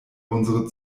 unsere